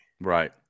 right